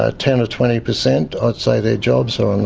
ah ten or twenty per cent i'd say their jobs are on